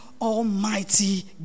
almighty